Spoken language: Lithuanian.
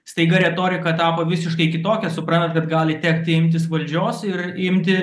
staiga retorika tapo visiškai kitokia suprantant kad gali tekti imtis valdžios ir imti